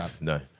No